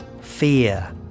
fear